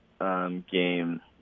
game